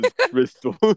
Crystal